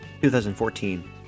2014